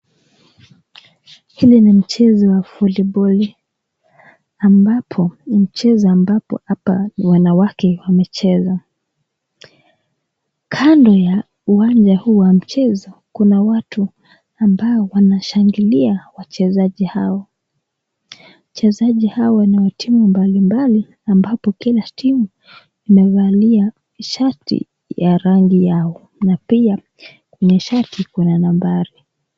Hii ni mchezo wa polepoli ambapo mchezo hapa ni wanawake wanacheza kando ya uwanja huu wa mchezo kuna watu ambao wanashangilia wachezaji hawa, wachezaji hawa ni wa timu mbalimbali ambapo Kila timu wanafalia shati ya rangi yao na pia kwa shati kuna nambari.